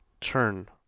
turn